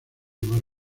más